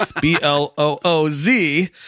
B-L-O-O-Z